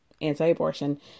anti-abortion